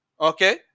Okay